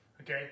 Okay